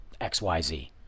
XYZ